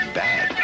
bad